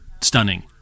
stunning